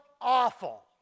awful